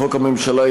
לחוק הממשלה,